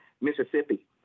Mississippi